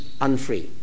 unfree